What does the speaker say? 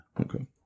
Okay